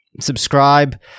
Subscribe